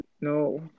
No